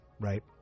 right